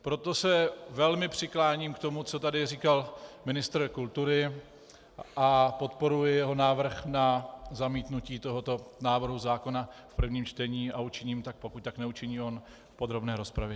Proto se velmi přikláním k tomu, co tu říkal ministr kultury, a podporuji jeho návrh na zamítnutí tohoto návrhu zákona v prvním čtení a učiním tak, pokud tak neučiní on v podrobné rozpravě.